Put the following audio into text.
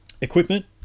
equipment